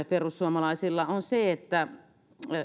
perussuomalaisilla on se että